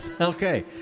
okay